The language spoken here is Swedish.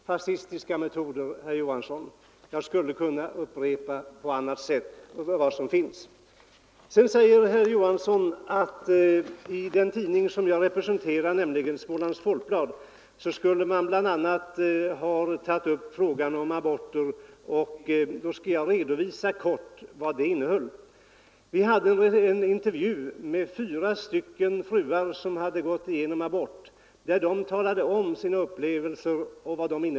Fascistiska metoder, herr Johansson! Jag skulle kunna fortsätta att redogöra för vad som finns av det här slaget. Herr Johansson säger att i den tidning som jag representerar, nämligen Smålands Folkblad, skulle man bl.a. ha tagit upp frågan om aborter. Jag skall kort redovisa vad tidningen innehöll: Vi hade intervjuer med fyra fruar som hade gått igenom abort, där de redogjorde för sina upplevelser.